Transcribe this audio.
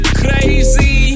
crazy